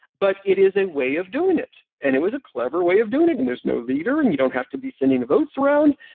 but it is a way of doing it. and it was a clever way of doing it, and there's no leader and you don't have to be sending the votes around.